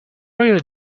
really